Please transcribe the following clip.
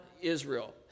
Israel